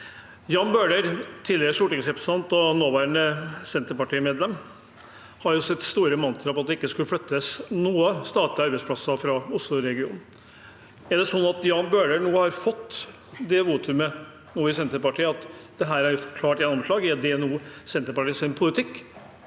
Jan Bøhler, tidligere stortingsrepresentant og nåværende senterpartimedlem, hadde jo sitt store mantra om at det ikke skulle flyttes noen statlige arbeidsplasser fra Oslo-regionen. Er det sånn at Jan Bøhler nå har fått det votumet i Senterpartiet at dette er et klart gjennomslag? Er det nå Senterpartiets politikk?